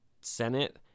Senate